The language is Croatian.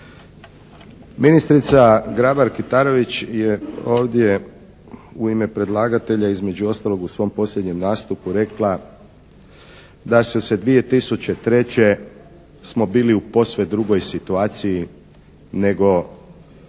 Ministrica Grabar Kitarović je ovdje u ime predlagatelja između ostalog u svom posljednjem nastupu rekla da su se 2003. smo bili u posve drugoj situaciji nego što